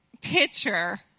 picture